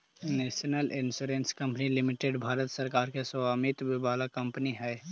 national insurance company limited Bharat सरकार के स्वामित्व वाला कंपनी हई